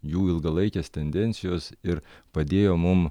jų ilgalaikės tendencijos ir padėjo mum